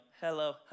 hello